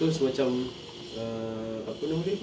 terus macam err apa nama dia